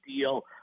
deal